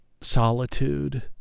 solitude